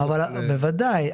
בוודאי.